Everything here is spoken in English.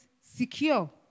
secure